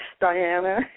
Diana